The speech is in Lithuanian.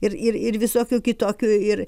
ir ir ir visokių kitokių ir